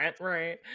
right